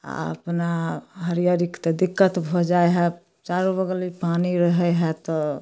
आओर अपना हरिअरिके तऽ दिक्कत भऽ जाइ हइ चारो बगली पानी रहै हइ तऽ